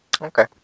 Okay